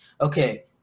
okay